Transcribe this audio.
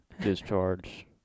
discharge